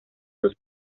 sus